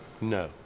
No